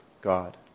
God